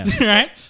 Right